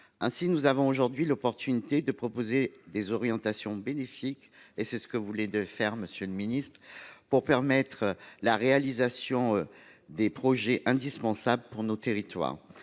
Ainsi, nous avons aujourd’hui l’occasion de proposer des orientations bénéfiques – c’est également votre intention, monsieur le ministre – pour permettre la réalisation des projets indispensables pour nos territoires.